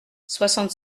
soixante